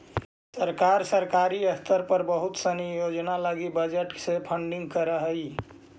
सरकार सरकारी स्तर पर बहुत सनी योजना लगी बजट से फंडिंग करऽ हई